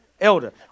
Elder